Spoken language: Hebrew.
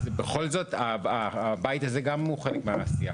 בכל זאת, הבית הזה הוא גם חלק מהעשייה.